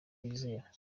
bizera